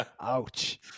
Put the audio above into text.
Ouch